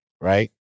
right